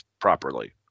properly